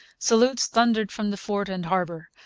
salutes thundered from the fort and harbour.